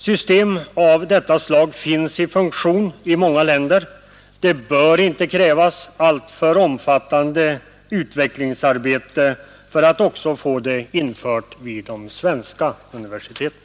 System av detta slag finns i funktion i många länder. Det bör inte krävas alltför omfattande utvecklingsarbete för att också få det infört vid de svenska universiteten.